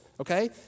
okay